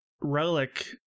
relic